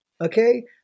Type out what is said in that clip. okay